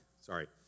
Sorry